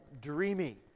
dreamy